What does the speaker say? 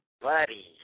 buddy